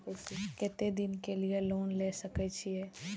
केते दिन के लिए लोन ले सके छिए?